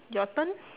your turn